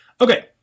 Okay